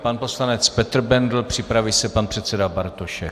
Pan poslanec Petr Bendl, připraví se pan předseda Bartošek.